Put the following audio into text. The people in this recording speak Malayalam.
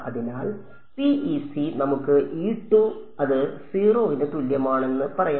അതിനാൽ PEC നമുക്ക് അത് 0 ന് തുല്യമാണെന്ന് പറയാം